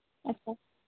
ᱟᱪᱪᱷᱟ